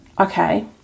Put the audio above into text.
okay